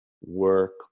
work